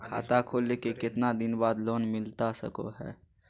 खाता खोले के कितना दिन बाद लोन मिलता सको है?